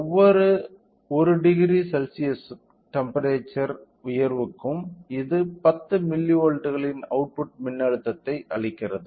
ஒவ்வொரு 1 °C temperature உயர்வுக்கும் இது 10 மில்லிவோல்ட்களின் அவுட்புட் மின்னழுத்தத்தை அளிக்கிறது